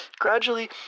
Gradually